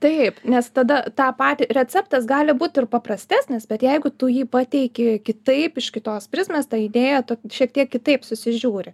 taip nes tada tą patį receptas gali būt ir paprastesnis bet jeigu tu jį pateiki kitaip iš kitos prizmės tą idėją tu šiek tiek kitaip susižiūri